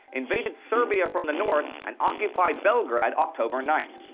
invaded serbia from the north and occupied belgrade october ninth.